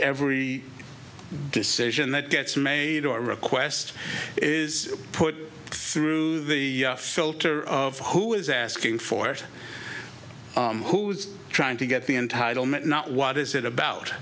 every decision that gets made or request is put through the filter of who is asking for it who's trying to get the entitlement not what is it